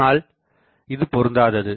ஆனால் இது பொருந்தாது